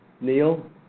Neil